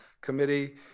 Committee